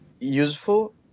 useful